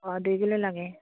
অঁ দুই কিলো লাগে